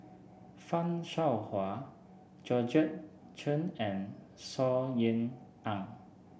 Fan Shao Hua Georgette Chen and Saw Ean Ang